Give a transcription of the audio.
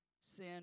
sin